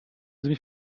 sie